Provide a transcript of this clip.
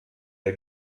der